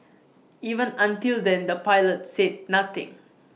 even until then the pilots said nothing